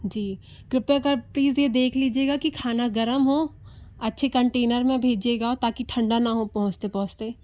जी कृपया कर प्लीज़ ये देख लीजिएगा कि खाना गर्म हो अच्छे कंटेनर में भेजिएगा वो ताकि ठंडा ना हो पहुंचते पहुंचते